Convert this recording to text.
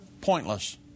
pointless